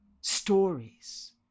stories